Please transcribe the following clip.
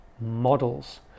models